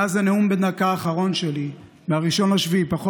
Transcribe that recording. מאז הנאום בן הדקה האחרון שלי, מ-1 ביולי,